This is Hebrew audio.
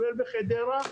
כולל בחדרה,